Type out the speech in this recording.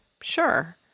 sure